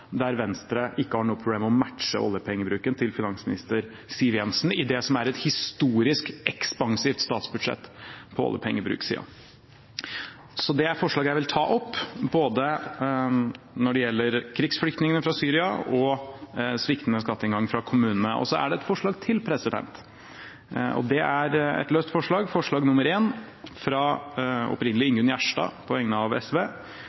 der Venstre ikke har noen problemer med å matche oljepengebruken til finansminister Siv Jensen i det som er et historisk ekspansivt statsbudsjett når det gjelder oljepengebruk. Jeg vil ta opp forslag både når det gjelder krigsflyktningene fra Syria og sviktende skatteinngang fra kommunene. Og det er et forslag til, og det er et «løst forslag», forslag nr. 6, opprinnelig fra Ingunn Gjerstad på vegne av SV,